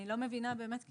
אני לא מבינה באמת.